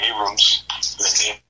Abrams